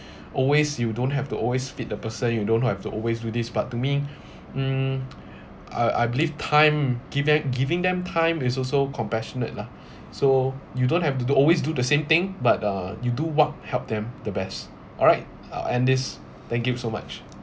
always you don't have to always feed the person you don't have like to always do this but to me mm I I believe time give them giving them time is also compassionate lah so you don't have to do always do the same thing but uh you do what helped them the best alright uh I end this thank you so much